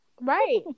right